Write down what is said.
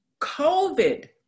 COVID